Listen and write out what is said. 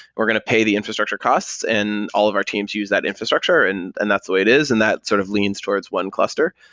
we're going to pay the infrastructure costs and all of our teams use that infrastructure and and that's the way it is, and that sort of leans towards one cluster.